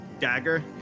dagger